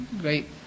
great